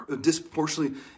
disproportionately